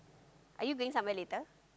are you going somewhere later